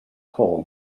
hole